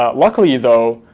ah luckily though,